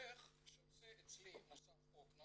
עורך שעושה אצלי מוסף אוקנה